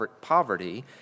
poverty